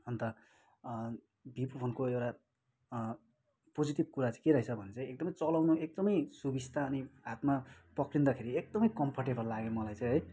अन्त भिभो फोनको एउटा पोजिटिभ कुरा चाहिँ के रहेछ भने चाहिँ एकदमै चलाउनु एकदमै सुबिस्ता अनि हातमा पक्रिँदाखेरि एकदमै कमफर्टेबल लाग्यो मलाई चाहिँ है